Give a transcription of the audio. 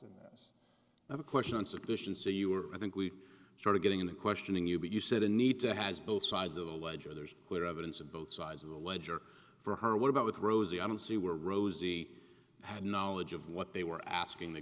the question insufficiency you were i think we started getting in to questioning you but you said a need to has both sides of the ledger there's clear evidence of both sides of the ledger for her what about with rosie i don't see where rosie had knowledge of what they were asking the